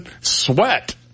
Sweat